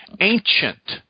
ancient